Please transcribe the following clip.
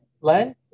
Len